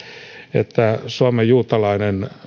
että suomen juutalainen